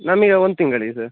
ನಮಗೆ ಒಂದು ತಿಂಗಳಿಗೆ ಸರ್